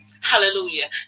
hallelujah